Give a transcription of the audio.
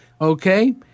okay